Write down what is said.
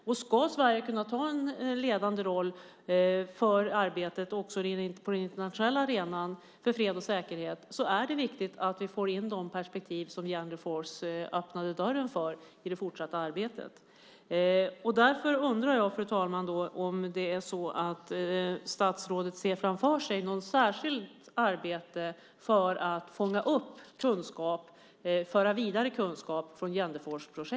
Om Sverige ska kunna ta en ledande roll för arbetet också på den internationella arenan för fred och säkerhet är det viktigt att vi får in de perspektiv som Genderforce öppnade dörren för i det fortsatta arbetet. Därför undrar jag, fru talman, om statsrådet ser något särskilt arbete framför sig för att fånga upp kunskap från Genderforceprojektet och föra den vidare.